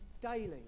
daily